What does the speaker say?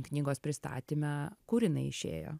knygos pristatyme kur jinai išėjo